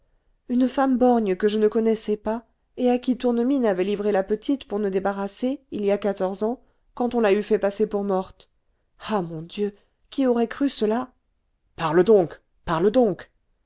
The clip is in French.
une femme borgne que je ne connaissais pas et à qui tournemine avait livré la petite pour nous débarrasser il y a quatorze ans quand on l'a eu fait passer pour morte ah mon dieu qui aurait cru cela parle donc parle donc